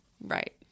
right